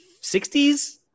60s